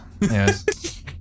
yes